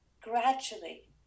gradually